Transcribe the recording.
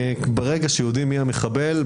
ברגע שיודעים מי המחבל,